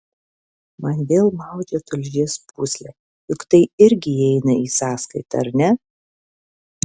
man vėl maudžia tulžies pūslę juk tai irgi įeina į sąskaitą ar ne